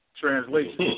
Translation